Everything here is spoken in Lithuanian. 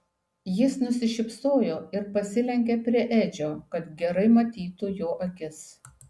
jis nusišypsojo ir pasilenkė prie edžio kad gerai matytų jo akis